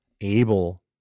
able